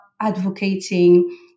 advocating